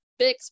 Bix